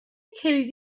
کلیدی